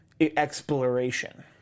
exploration